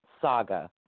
saga